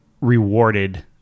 rewarded